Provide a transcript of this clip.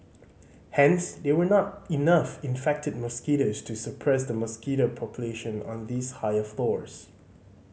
hence there were not enough infected mosquitoes to suppress the mosquito population on these higher floors